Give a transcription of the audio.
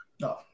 No